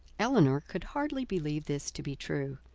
elinor could hardly believe this to be true,